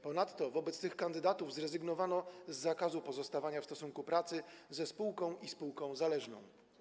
Ponadto wobec tych kandydatów zrezygnowano z zakazu pozostawania w stosunku pracy ze spółką i spółką zależną.